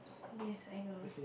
yes I know